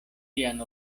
tian